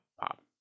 pop